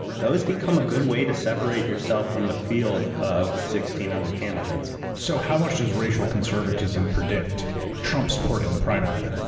those become a good way to separate yourself from a field of sixteen other candidates. so how much does racial conservatism predict trump's support in the primary?